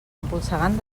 empolsegant